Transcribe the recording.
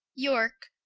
yorke,